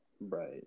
Right